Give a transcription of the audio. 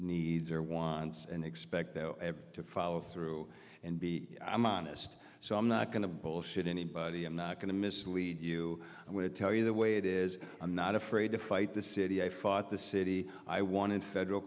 needs or wants and expect them to follow through and be honest so i'm not going to bullshit anybody i'm not going to mislead you i'm going to tell you the way it is i'm not afraid to fight the city i fought the city i wanted federal